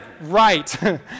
right